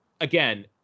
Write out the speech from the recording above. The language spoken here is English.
again